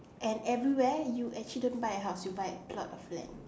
and everywhere you actually don't a house you buy a plot of land